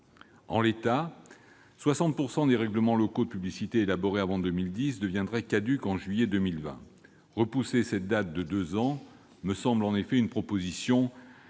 En l'état, quelque 60 % des règlements locaux de publicité élaborés avant 2010 deviendraient caducs en juillet 2020. Repousser cette date de deux ans me semble donc une proposition,